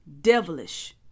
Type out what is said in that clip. devilish